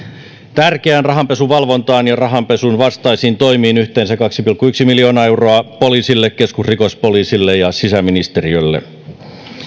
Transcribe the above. tärkeään rahanpesuvalvontaan ja rahanpesun vastaisiin toimiin lisätään yhteensä kaksi pilkku yksi miljoonaa euroa poliisille keskusrikospoliisille ja sisäministeriölle